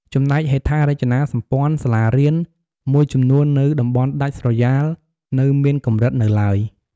ចំណែកហេដ្ឋារចនាសម្ព័ន្ធសាលារៀនមួយចំនួននៅតំបន់ដាច់ស្រយាលនៅមានកម្រិតនៅឡើយ។